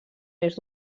més